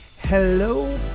Hello